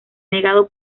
negado